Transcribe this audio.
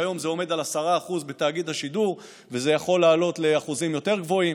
כיום זה עומד על 10% בתאגיד השידור וזה יכול לעלות לאחוזים יותר גבוהים.